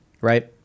right